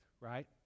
right